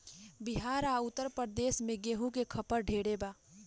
बिहार आ उत्तर प्रदेश मे गेंहू के खपत ढेरे बा